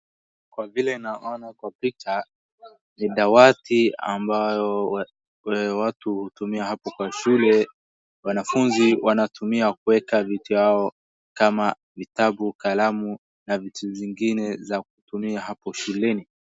Kwa vile naona kwa picha ni dawati ambayo watu hutumia hapo kwa shule wanafunzi wanatumia kueka vitu yao kama vitabu, kalamu na vitu zingine za kutumia hapo shuleni